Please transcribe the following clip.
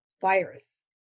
virus